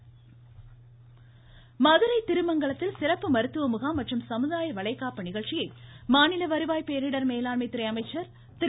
உதயகுமார் மதுரை திருமங்கலத்தில் சிறப்பு மருத்துவ முகாம் மற்றும் சமுதாய வளைகாப்பு நிகழ்ச்சியை மாநில வருவாய் பேரிடர் மேலாண்மை துறை அமைச்சர் திரு